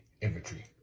Inventory